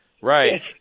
right